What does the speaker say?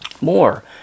more